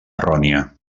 errònia